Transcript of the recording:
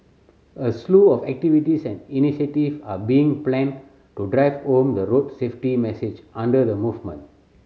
a slew of activities and initiative are being planned to drive home the road safety message under the movement